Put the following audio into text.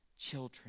children